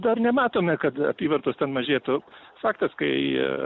dar nematome kad apyvartos ten mažėtų faktas kai